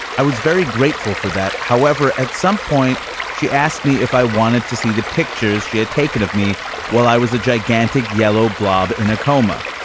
i was very grateful for that. however, at some point she asked me if i wanted to see the pictures she had taken of me while i was a gigantic yellow blob in a coma.